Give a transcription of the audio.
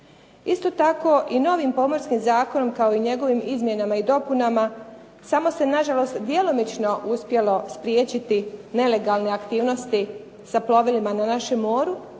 Isto tako, i novim Pomorskim zakonom kao i njegovim izmjenama i dopunama samo se nažalost djelomično uspjelo spriječiti nelegalne aktivnosti sa plovilima na našem moru